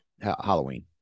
Halloween